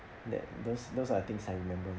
that those those are things I remember